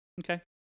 Okay